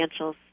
financials